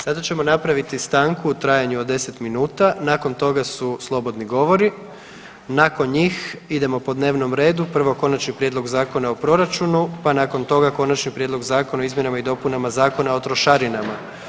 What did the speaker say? Sada ćemo napraviti stanku u trajanju od 10 minuta, nakon toga su slobodni govori, nakon njih idemo po dnevnom redu, prvo Konačni prijedlog Zakona o proračunu, pa nakon toga Konačni prijedlog Zakona o izmjenama i dopunama Zakona o trošarinama.